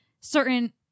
certain